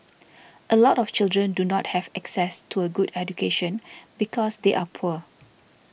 a lot of children do not have access to a good education because they are poor